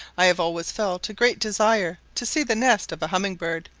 i have always felt a great desire to see the nest of a humming-bird,